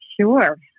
Sure